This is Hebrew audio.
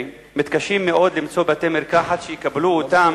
מתקשים מאוד למצוא בתי-מרקחת שיקבלו אותם,